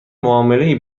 معاملهای